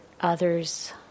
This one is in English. others